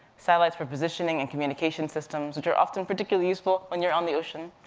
satellites for positioning and communication systems, which are often particularly useful when you're on the ocean.